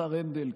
השר הנדל,